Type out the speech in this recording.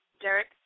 Derek